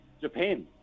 Japan